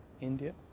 India